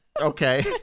Okay